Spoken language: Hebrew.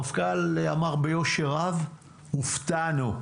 המפכ"ל אמר ביושר רב: הופתענו,